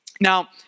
Now